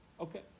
Okay